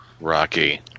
Rocky